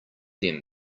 them